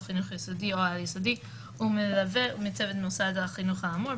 חינוך יסודי או על יסודי ומלווה מצוות מוסד החינוך האמור,